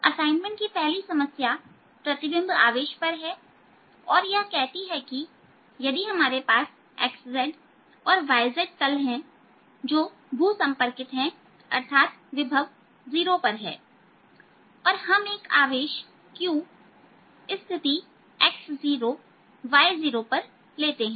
assignment की पहली समस्या प्रतिबिंब आवेश पर है और यह कहती है कि यदि हमारे पास xz और yz तल है जो भू संपर्कित है अर्थात विभव 0 पर है और हम एक आवेश q स्थिति x0y0पर लेते हैं